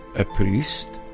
a priest,